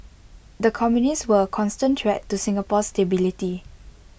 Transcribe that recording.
the communists were A constant threat to Singapore's stability